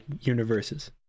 universes